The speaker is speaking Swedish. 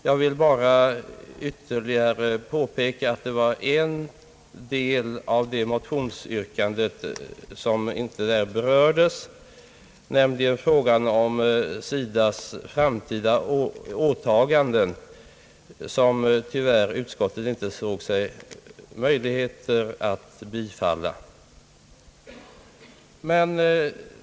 Jag vill bara ytterligare påpeka att en del av det motionsyrkande som inte berördes av fru Lindström, nämligen frågan om SIDA:s framtida åtaganden, har utskottet tyvärr inte funnit möjligheter att bifalla.